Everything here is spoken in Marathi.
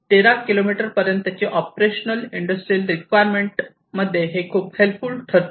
13 किलोमीटर पर्यंतचे ऑपरेशन इंडस्ट्रियल रिक्वायरमेंट मध्ये हे खूप हेल्पफुल ठरते